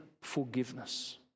forgiveness